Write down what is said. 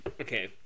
okay